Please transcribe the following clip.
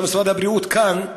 למשרד הבריאות כאן,